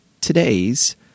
today's